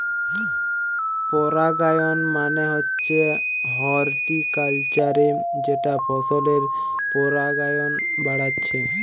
পরাগায়ন মানে হচ্ছে হর্টিকালচারে যেটা ফসলের পরাগায়ন বাড়াচ্ছে